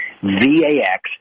V-A-X